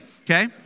okay